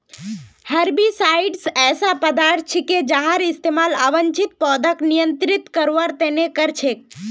herbicides ऐसा पदार्थ छिके जहार इस्तमाल अवांछित पौधाक नियंत्रित करवार त न कर छेक